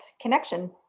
connection